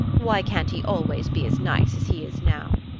why can't he always be as nice as he is now?